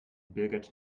birgit